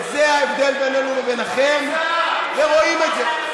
וזה ההבדל בינינו לביניכם, ורואים את זה.